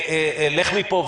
לך מפה.